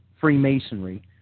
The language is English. Freemasonry